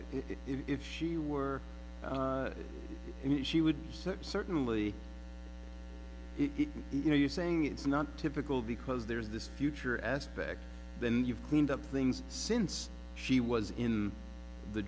if she were he she would search certainly you know you saying it's not typical because there's this future aspect then you've cleaned up things since she was in the